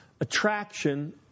attraction